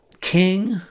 king